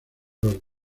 los